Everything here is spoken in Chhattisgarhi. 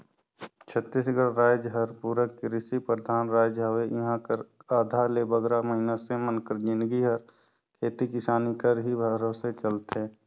छत्तीसगढ़ राएज हर पूरा किरसी परधान राएज हवे इहां कर आधा ले बगरा मइनसे मन कर जिनगी हर खेती किसानी कर ही भरोसे चलथे